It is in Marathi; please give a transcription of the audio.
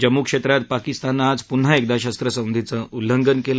जम्मू क्षेत्रात पाकिस्ताननं आज पुन्हा एकदा शस्त्रसंधीचं उल्लंघन केलं